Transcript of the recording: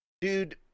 dude